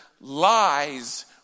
lies